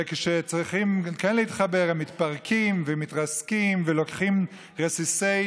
וכשהם צריכים להתחבר הם מתפרקים ומתרסקים ולוקחים רסיסי